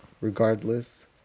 regardless